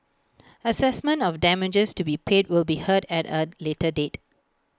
Assessment of damages to be paid will be heard at A later date